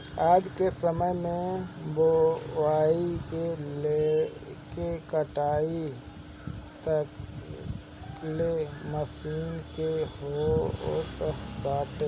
आजके समय में बोआई से लेके कटाई तकले मशीन के होत बाटे